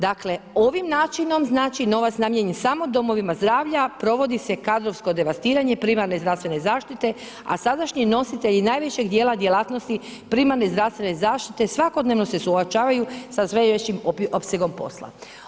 Dakle, ovim načinom znači novac je namijenjen samo domovima zdravlja, provodi se kadrovsko devastiranje privatne zdravstvene zaštite, a sadašnji nositelji najvećeg dijela djelatnosti primarne zdravstvene zaštite svakodnevno se suočavaju sa sve većim opsegom posla.